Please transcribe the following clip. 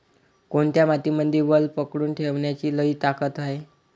कोनत्या मातीमंदी वल पकडून ठेवण्याची लई ताकद हाये?